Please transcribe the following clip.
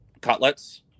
cutlets